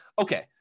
okay